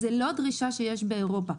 זו לא דרישה שיש באירופה.